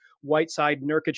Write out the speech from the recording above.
Whiteside-Nurkic